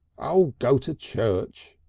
oh! go to church!